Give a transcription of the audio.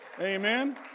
Amen